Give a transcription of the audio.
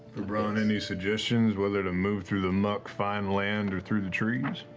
any suggestions whether to move through the muck fine land or through the trees?